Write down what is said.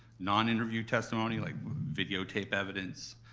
non-interview testimony like videotape evidence,